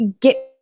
get